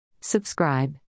Subscribe